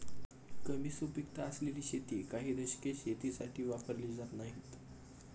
कमी सुपीकता असलेली शेती काही दशके शेतीसाठी वापरली जात नाहीत